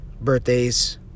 birthdays